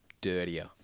dirtier